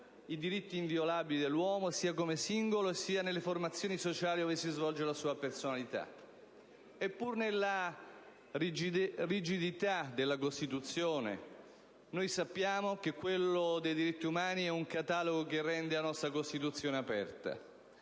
i diritti inviolabili dell'uomo, sia come singolo, sia nelle formazioni sociali ove si svolge la sua personalità». E pure nella rigidità della Costituzione, noi sappiamo che quello dei diritti umani è un catalogo che rende la nostra Costituzione aperta.